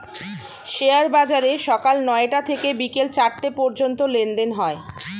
share বাজারে সকাল নয়টা থেকে বিকেল চারটে পর্যন্ত লেনদেন হয়